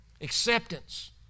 acceptance